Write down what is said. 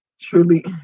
truly